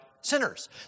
sinners